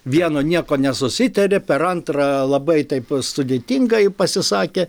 vienu nieko nesusitarė per antrą labai taip sudėtingai pasisakė